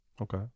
Okay